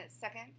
second